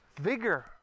vigor